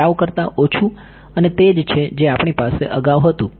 tau કરતાં ઓછું અને તે જ છે જે આપણી પાસે અગાઉ હતું